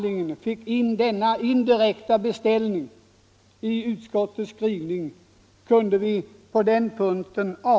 vid sidan av den vanliga folkpensionen, och det är vi mycket glada Onsdagen den åt.